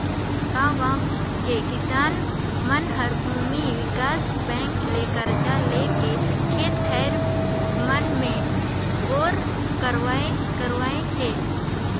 गांव गांव के किसान मन हर भूमि विकास बेंक ले करजा लेके खेत खार मन मे बोर करवाइन करवाइन हें